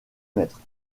mètres